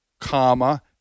comma